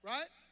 Right